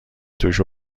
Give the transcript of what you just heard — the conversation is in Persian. توش